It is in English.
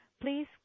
Please